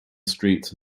street